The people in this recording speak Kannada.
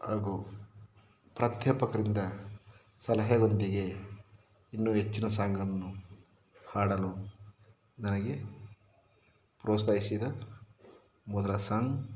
ಹಾಗೂ ಪ್ರಾಧ್ಯಾಪಕರಿಂದ ಸಲಹೆಯೊಂದಿಗೆ ಇನ್ನು ಹೆಚ್ಚಿನ ಸಾಂಗ್ಗಳನ್ನು ಹಾಡಲು ನನಗೆ ಪ್ರೋತ್ಸಾಹಿಸಿದ ಮೊದಲ ಸಾಂಗ್